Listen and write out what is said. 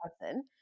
person